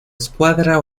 escuadra